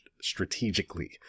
strategically